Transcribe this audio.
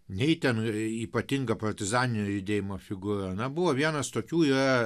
nei ten yra ypatinga partizaninio judėjimo figūra na buvo vienas tokių yra